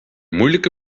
moeilijke